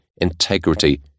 integrity